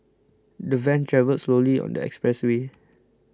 the van travelled slowly on the expressway